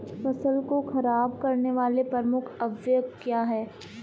फसल को खराब करने वाले प्रमुख अवयव क्या है?